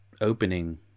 opening